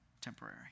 temporary